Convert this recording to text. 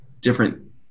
different